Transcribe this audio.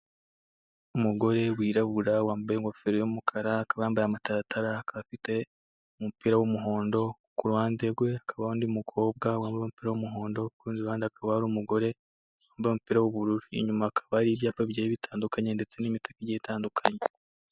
Umugore w'irabura wambaye ngofero y'umukara akaba yambaye amataratara ufite umupira w'umuhondo kuruhande rwe hakaba undi mukobwa wambaye umupira w'umuhondo n'undi wambaye ubururu inyuma hakaba hari ibyapa bigiye bitandukanye ndetse n'imitaka igiye itakanye.